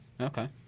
Okay